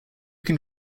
can